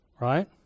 Right